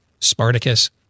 Spartacus